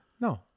No